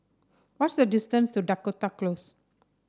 what is the distance to Dakota Close